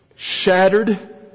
shattered